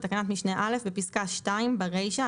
בתקנת משנה (א) בפסקה (2) ברישה,